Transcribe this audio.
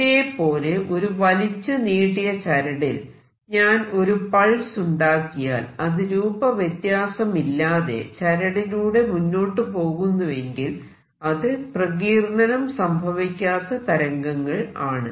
ഇതേപോലെ ഒരു വലിച്ചു നീട്ടിയ ചരടിൽ ഞാൻ ഒരു പൾസ് ഉണ്ടാക്കിയാൽ അത് രൂപവ്യത്യാസമില്ലാതെ ചരടിലൂടെ മുന്നോട്ടു പോകുന്നുവെങ്കിൽ അത് പ്രകീർണ്ണനം സംഭവിക്കാത്ത തരംഗങ്ങൾ ആണ്